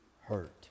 hurt